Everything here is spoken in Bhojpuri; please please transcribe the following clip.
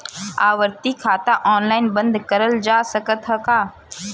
आवर्ती खाता ऑनलाइन बन्द करल जा सकत ह का?